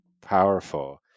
powerful